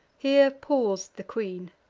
here paus'd the queen.